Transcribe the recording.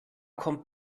kommt